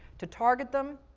to target them,